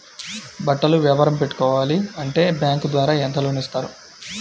బట్టలు వ్యాపారం పెట్టుకోవాలి అంటే బ్యాంకు ద్వారా ఎంత లోన్ ఇస్తారు?